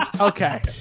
Okay